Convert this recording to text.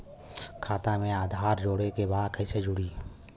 खाता में आधार जोड़े के बा कैसे जुड़ी?